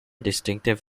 distinctive